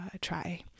try